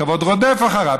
הכבוד רודף אחריו.